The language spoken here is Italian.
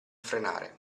frenare